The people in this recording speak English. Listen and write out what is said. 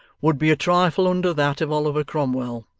would be a trifle under that of oliver cromwell